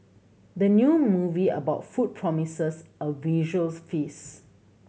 the new movie about food promises a visuals feast